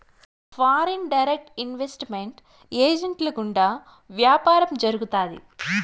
foreign direct investment ఏజెంట్ల గుండా వ్యాపారం జరుగుతాది